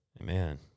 Amen